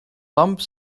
lamp